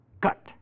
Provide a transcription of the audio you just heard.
Cut